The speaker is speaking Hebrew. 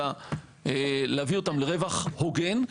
אלא להביא אותן לרווח הוגן,